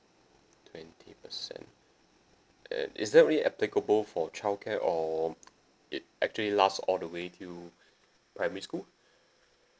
twenty percent and is that only applicable for childcare or it actually last all the way till primary school